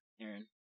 Aaron